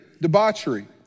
debauchery